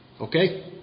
Okay